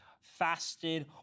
fasted